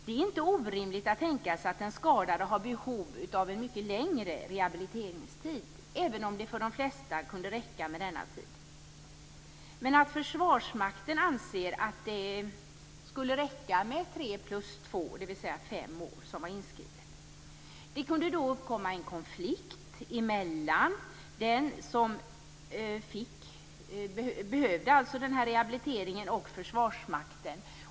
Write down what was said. Det är inte orimligt att tänka sig att den skadade har behov av en mycket längre rehabiliteringstid, även om det kan räcka med den här tiden för de flesta, men att Försvarsmakten anser att det räcker med tre plus två år, dvs. fem år, som är inskrivet. Det skulle då kunna uppkomma en konflikt mellan den som skulle behöva den här rehabiliteringen och Försvarsmakten.